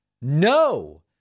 No